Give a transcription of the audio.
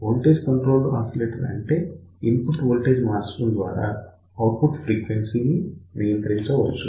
voltage controlled oscillator అంటే input voltage మార్చడం ద్వారా ఔట్పుట్ ఫ్రీక్వెన్సీ ను నియంత్రించవచ్చు